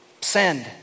send